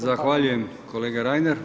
Zahvaljujem kolega Reiner.